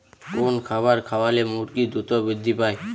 কোন খাবার খাওয়ালে মুরগি দ্রুত বৃদ্ধি পায়?